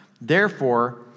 Therefore